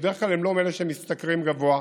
שבדרך כלל הם לא מאלה שמשתכרים גבוה,